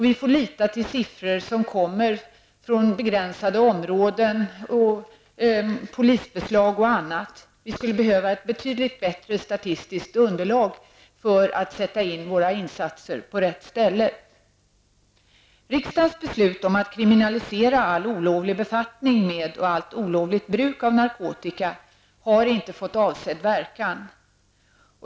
Vi får nu lita till siffror som kommer från begränsade områden beträffande polisbeslag och annat. Vi skulle behöva ett betydligt bättre statistiskt underlag för att sätta in våra insatser på rätt ställe. Riksdagens beslut om att kriminalisera all olovlig befattning med och bruk av narkotika har inte fått avsedd verkan.